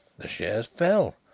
the shares fell,